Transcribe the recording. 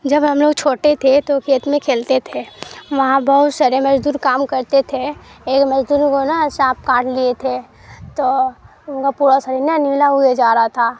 جب ہم لوگ چھوٹے تھے تو کھیت میں کھیلتے تھے وہاں بہت سارے مزدور کام کرتے تھے ایک مزدور کو نا سانپ کاٹ لیے تھے تو ان کا پورا شریر نا نیلا ہوئے جا رہا تھا